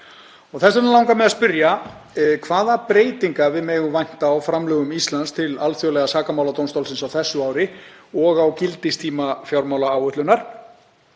Þess vegna langar mig að spyrja hvaða breytinga við megum vænta á framlögum Íslands til Alþjóðlega sakamáladómstólsins á þessu ári og á gildistíma fjármálaáætlunar.